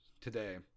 today